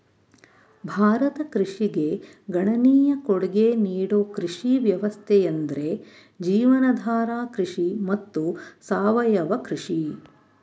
ಭಾರತ ಕೃಷಿಗೆ ಗಣನೀಯ ಕೊಡ್ಗೆ ನೀಡೋ ಕೃಷಿ ವ್ಯವಸ್ಥೆಯೆಂದ್ರೆ ಜೀವನಾಧಾರ ಕೃಷಿ ಮತ್ತು ಸಾವಯವ ಕೃಷಿ